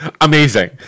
Amazing